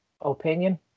opinion